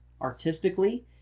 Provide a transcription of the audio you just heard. artistically